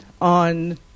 on